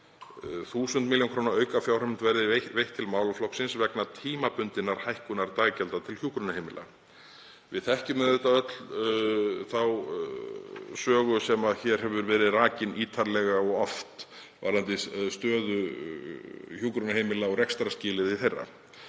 1.000 millj. kr. aukafjárheimild verði veitt til málaflokksins vegna tímabundinnar hækkunar daggjalda til hjúkrunarheimila.“ Við þekkjum auðvitað öll þá sögu sem hér hefur verið rakin ítarlega og oft varðandi stöðu hjúkrunarheimila og rekstrarskilyrði þeirra.